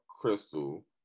Crystal